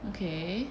okay